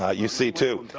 ah you see, too,